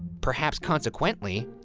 perhaps consequently,